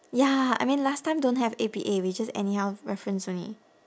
ya I mean last time don't have A_P_A we just anyhow reference only